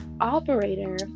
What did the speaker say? operator